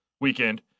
weekend